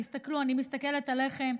תסתכלו, אני מסתכלת עליכם,